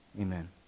amen